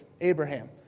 Abraham